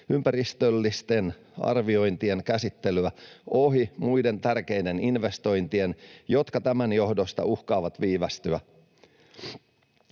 ympäristöllisten arviointien käsittelyä ohi muiden tärkeiden investointien, jotka tämän johdosta uhkaavat viivästyä.